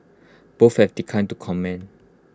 both have declined to comment